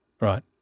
Right